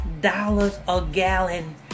Dollars-a-Gallon